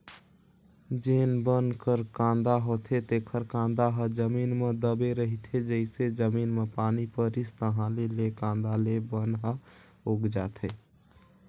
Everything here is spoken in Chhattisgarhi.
जेन बन कर कांदा होथे तेखर कांदा ह जमीन म दबे रहिथे, जइसे जमीन म पानी परिस ताहाँले ले कांदा ले बन ह उग जाथे